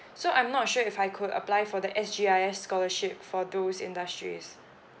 so I'm not sure if I could apply for the S_G_I_S scholarship for those industries